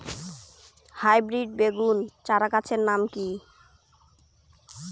Hybrid বেগুন চারাগাছের নাম কি?